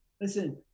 listen